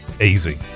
Easy